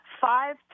five